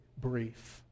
brief